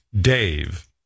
Dave